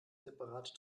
separate